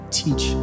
teach